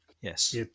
yes